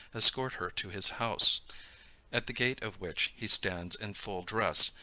escort her to his house at the gate of which he stands in full dress,